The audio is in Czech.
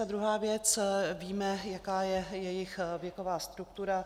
A druhá věc, víme, jaká je jejich věková struktura.